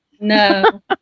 no